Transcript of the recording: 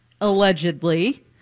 allegedly